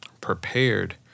prepared